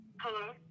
Hello